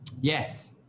Yes